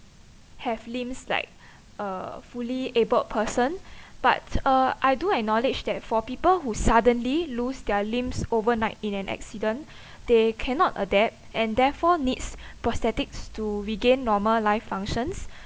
have limbs like a fully abled person but uh I do acknowledge that for people who suddenly lose their limbs overnight in an accident they cannot adapt and therefore needs prosthetics to regain normal life functions